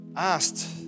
asked